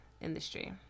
industry